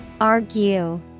Argue